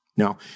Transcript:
Now